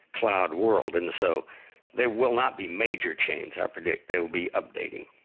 cloud world and so there will not be major changes. i predict there will be updating.